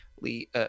Lee